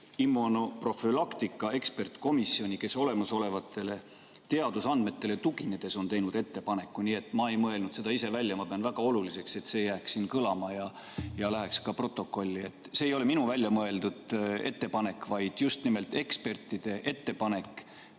immunoprofülaktika ekspertkomisjoni, kes olemasolevatele teadusandmetele tuginedes on teinud ettepaneku. Nii et ma ei mõelnud seda ise välja. Ma pean väga oluliseks, et see jääks siin kõlama ja läheks ka protokolli, et see ei ole minu välja mõeldud ettepanek, vaid just nimelt ekspertide ettepanek,